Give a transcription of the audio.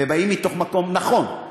ובאים מתוך מקום נכון,